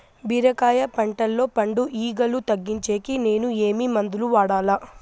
బీరకాయ పంటల్లో పండు ఈగలు తగ్గించేకి నేను ఏమి మందులు వాడాలా?